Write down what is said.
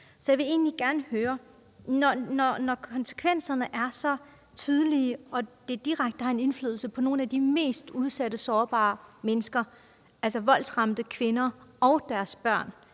Så jeg vil egentlig gerne høre: Når konsekvenserne er så tydelige og det direkte har indflydelse på nogle af de mest udsatte, sårbare mennesker – altså voldsramte kvinder og deres børn;